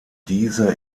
diese